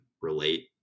relate